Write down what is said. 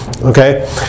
okay